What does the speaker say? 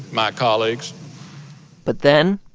my colleagues but then,